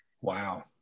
Wow